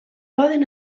poden